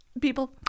People